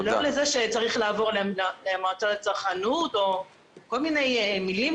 לא לזה שזה צריך לעבור למועצה לצרכנות או כל מיני מילים